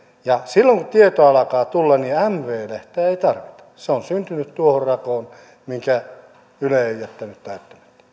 ja silloin kun tietoa alkaa tulla niin mv lehteä ei tarvita se on syntynyt tuohon rakoon minkä yle on jättänyt